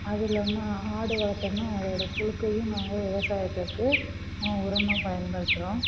அது இல்லாமல் ஆடு வளக்கிறோனா அதோடய புழுக்கையும் நாங்கள் விவசாயத்திற்கு உரமாக பயன்படுத்துகிறோம்